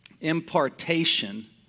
impartation